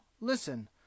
Listen